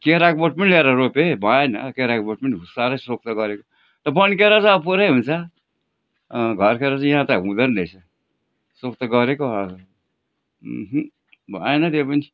केराको बोट पनि ल्याएर रोपेँ भएन केराको बोट पनि साह्रै सोख त गरेको वन केरा चाहिँ अब पुरा हुन्छ घर केरा चाहिँ यहाँ त हुँदैन रहेछ सोख त गरेको हो भएन त्यो पनि